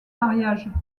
mariage